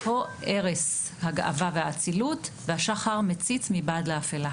הו, ערש הגאווה והאצילות והשחר מציץ מבעד לאפילה".